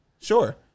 sure